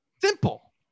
simple